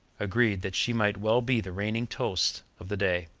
agreed that she might well be the reigning toast of the day.